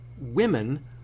women